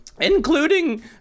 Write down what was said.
including